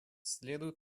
следует